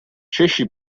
češi